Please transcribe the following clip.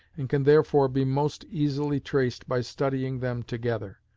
and can therefore be most easily traced by studying them together.